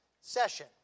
session